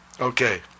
okay